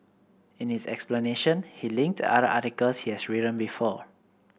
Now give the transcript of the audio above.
in his explanation he linked other articles he has written before